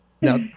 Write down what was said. Now